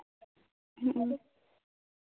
ᱦᱮᱸ